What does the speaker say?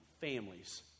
families